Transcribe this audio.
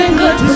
good